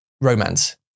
romance